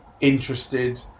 interested